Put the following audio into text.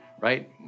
right